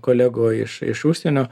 kolegų iš iš užsienio